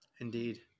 Indeed